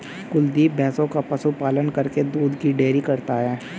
कुलदीप भैंसों का पशु पालन करके दूध की डेयरी करता है